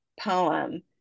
poem